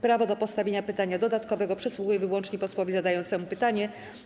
Prawo do postawienia pytania dodatkowego przysługuje wyłącznie posłowi zadającemu pytanie.